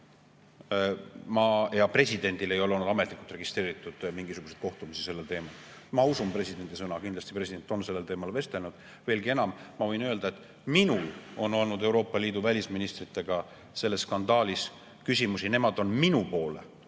ja presidendil ei ole olnud ametlikult registreeritud mingisuguseid kohtumisi sellel teemal. Ma usun presidendi sõnu, kindlasti president on sellel teemal vestelnud. Veelgi enam, ma võin öelda, et minul on olnud Euroopa Liidu välisministritega selles skandaalis küsimusi. Nemad on minu poole